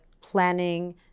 planning